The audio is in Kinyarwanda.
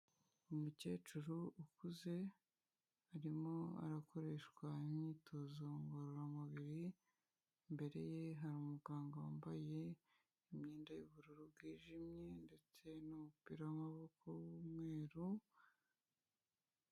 Umukecuru ukuze arimo arakoreshwa imyitozo ngororamubiri, imbere ye hari umuganga wambaye imyenda y'ubururu bwijimye ndetse n'umupira w'amaboko w'umweru.